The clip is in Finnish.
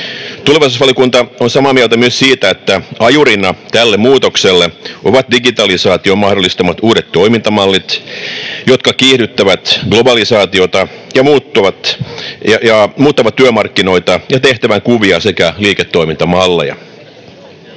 Tulevaisuusvaliokunta on samaa mieltä myös siitä, että ajurina tälle muutokselle ovat digitalisaation mahdollistamat uudet toimintamallit, jotka kiihdyttävät globalisaatiota ja muuttavat työmarkkinoita ja tehtävänkuvia sekä liiketoimintamalleja.